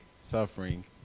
suffering